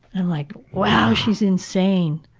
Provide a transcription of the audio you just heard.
and like, wow, she is insane.